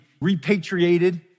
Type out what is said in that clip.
repatriated